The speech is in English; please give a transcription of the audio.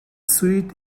suit